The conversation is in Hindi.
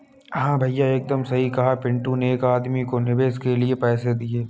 हां भैया एकदम सही कहा पिंटू ने एक आदमी को निवेश के लिए पैसे दिए